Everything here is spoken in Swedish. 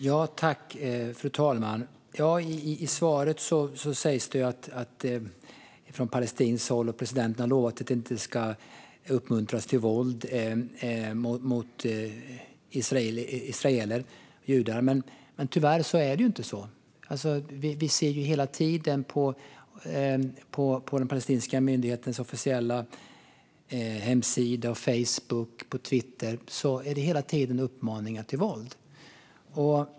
Fru talman! I svaret sägs det att man från palestinskt håll och från presidenten har lovat att det inte ska uppmuntras till våld mot israeler, judar. Men tyvärr är det inte så. Vi ser hela tiden på den palestinska myndighetens officiella hemsida, på Facebook och på Twitter uppmaningar till våld.